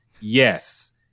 Yes